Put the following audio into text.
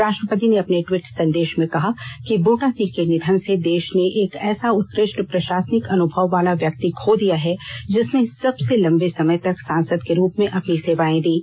राष्ट्रपति ने अपने ट्वीट संदेश में कहा कि बूटा सिंह के निधन से देश ने एक ऐसा उत्कृष्ट प्रशासनिक अनुभव वाला व्यक्ति खो दिया है जिसने सबसे लंबे समय तक सांसद के रूप में अपनी सेवाए दीं